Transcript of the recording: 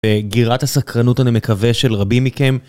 גירה את הסקרנות אני מקווה של רבים מכם.